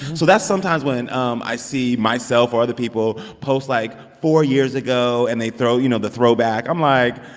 so that's sometimes when um i see myself or other people post, like, four years ago and they throw you know, the throwback. i'm like,